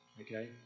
okay